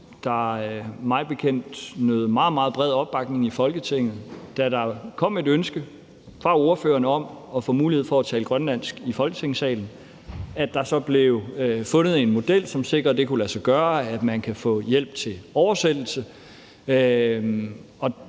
som mig bekendt nød meget, meget bred opbakning i Folketinget, da der kom et ønske fra ordføreren om at få mulighed for at tale grønlandsk i Folketingssalen. Der blev så fundet en model, som sikrede, at det kunne lade sig gøre, at man kan få hjælp til oversættelse.